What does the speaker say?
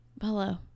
Hello